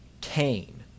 Cain